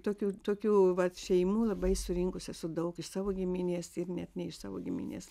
tokių tokių šeimų labai surinkus esu daug iš savo giminės ir net ne iš savo giminės